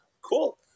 cool